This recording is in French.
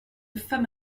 femme